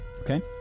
Okay